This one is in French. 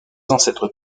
ancêtres